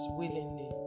willingly